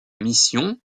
mission